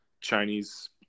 Chinese